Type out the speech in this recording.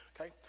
Okay